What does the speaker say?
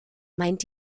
meint